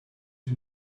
you